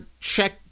check